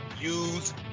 use